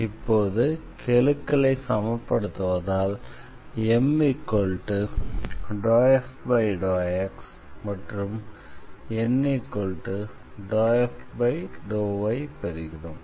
இப்போது கெழுக்களை சமப்படுத்துவதால் M∂f∂x மற்றும் N∂f∂y என பெறுகிறோம்